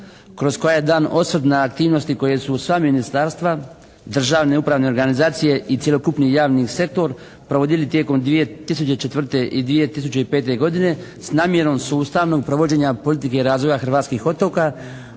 kroz koje je dan osvrt na aktivnosti koje se sva ministarstva, državne upravne organizacije i cjelokupni javni sektor provodili tijekom 2004. i 2005. godine s namjerom sustavnog provođenja politike razvoja hrvatskih otoka,